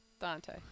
Dante